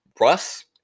Russ